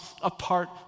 apart